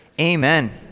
Amen